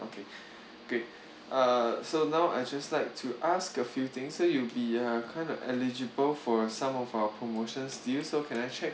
okay great uh so now I just like to ask a few thing so you'll be uh kind of eligible for some of our promotions due so can I check